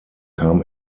kam